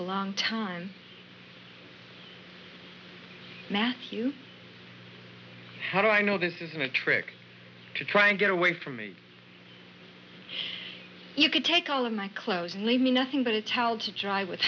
a long time matthew how do i know this isn't a trick to try and get away from me you could take all of my clothes leave me nothing but a child to jai with